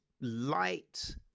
light